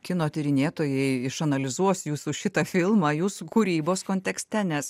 kino tyrinėtojai išanalizuos jūsų šitą filmą jūsų kūrybos kontekste nes